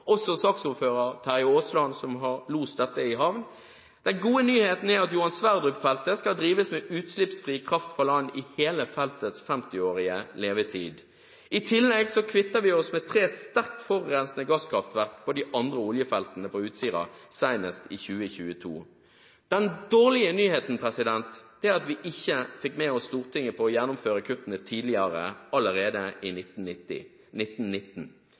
også saksordfører Terje Aasland, som har lost dette i havn – er at Johan Sverdrup-feltet skal drives med utslippsfri kraft fra land i hele feltets 50-årige levetid. I tillegg kvitter vi oss med tre sterkt forurensende gasskraftverk på de andre oljefeltene på Utsira senest i 2022. Den dårlige nyheten er at vi ikke fikk med oss Stortinget på å gjennomføre kuttene tidligere, allerede i